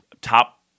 top